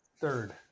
Third